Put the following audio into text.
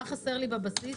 מה חסר לי בבסיס,